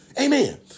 amen